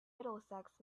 middlesex